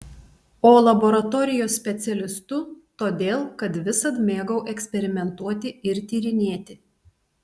o laboratorijos specialistu todėl kad visad mėgau eksperimentuoti ir tyrinėti